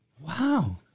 Wow